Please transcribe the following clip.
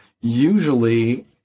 usually